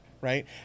right